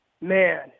man